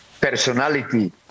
personality